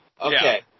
Okay